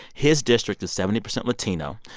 his district is seventy percent latino.